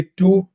two